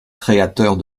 créateurs